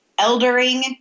eldering